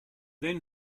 then